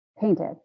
painted